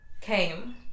came